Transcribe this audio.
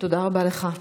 תודה רבה לך.